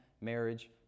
marriage